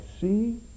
see